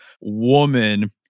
woman